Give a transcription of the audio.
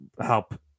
help